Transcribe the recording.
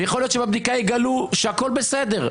ויכול להיות שבבדיקה יגלו שהכול בסדר,